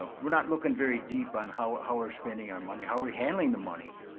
ah we're not looking very deep on how how we're spending our money, how are we handling the money.